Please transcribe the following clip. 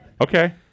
Okay